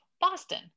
Boston